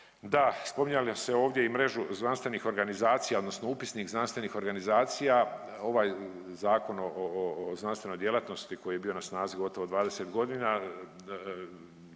Da, spominjalo se ovdje i mrežu znanstvenih organizacija odnosno upisnik znanstvenih organizacija. Ovaj Zakon o, o, o znanstvenoj djelatnost koji je bio na snazi gotovo 20.g.